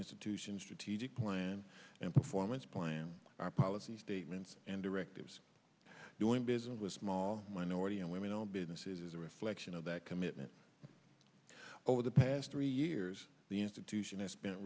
institution strategic plan and performance plan our policy statements and directives doing business with small minority and women owned businesses is a reflection of that commitment over the past three years the institution